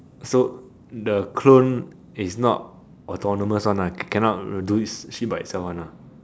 so the clone is not autonomous one ah cannot do shit by itself one ah